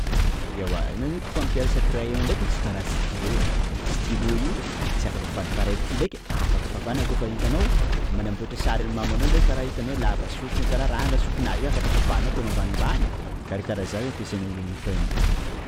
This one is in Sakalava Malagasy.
Ewa anao n- fampiasa crayon ndreky, tsy kara stylo! _x000D_ Stylo io tsy afaka fafana; fa raiky ty ndreky: afaka fafana; kôfa itanao manamboatra sarin'i mamanao anao; kara itanao lava sofina kara ranga sofinazy io afaka fafanao ataonao ambanimbany! _x000D_ Karakara zany zan- ampiasanao crayon io.